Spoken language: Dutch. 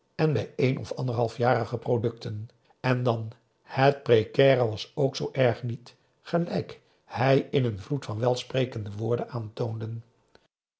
en bij een of anderhalfjarige producten en dan het precaire was ook zoo erg niet gelijk hij in een vloed van welsprekende woorden aantoonde